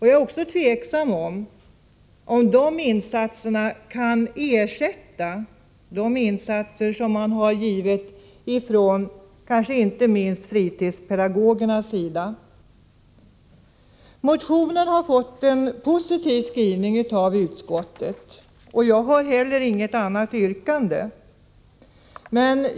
Jag är också tveksam till om de kan ersätta de insatser som inte minst fritidspedagogerna har gjort. Motionen har fått en positiv behandling av utskottet, och jag har heller inget annat yrkande.